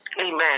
Amen